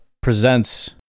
presents